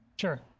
Sure